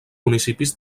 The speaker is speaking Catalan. municipis